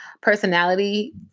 personality